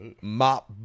Mop